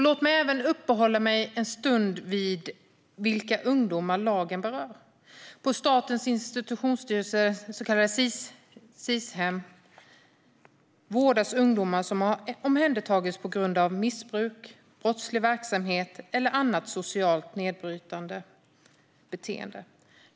Låt mig även uppehålla mig en stund vid vilka ungdomar lagen berör. På Statens institutionsstyrelses hem, så kallade Sis-hem, vårdas ungdomar som har omhändertagits på grund av missbruk, brottslig verksamhet eller annat socialt nedbrytande beteende.